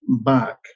back